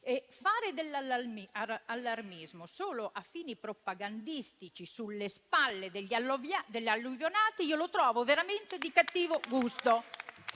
e privati) solo a fini propagandistici sulle spalle degli alluvionati, lo trovo veramente di cattivo gusto.